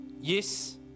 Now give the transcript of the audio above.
Yes